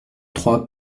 trois